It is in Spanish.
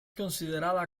considerada